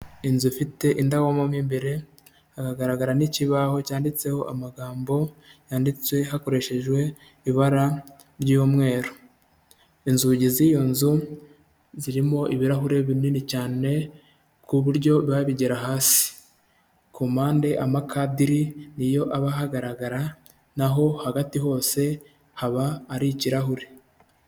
Inzu ifite indabo mo imbere, hakagaragara n'ikibaho cyanditseho amagambo yanditse hakoreshejwe ibara ry'umweru. Inzugi z'iyo nzu zirimo ibirahuri binini cyane ku buryo biba bigera hasi. Ku mpande amakadiri ni yo aba ahagaragara, na ho hagati hose haba ari ikirahure.